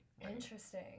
interesting